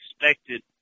expected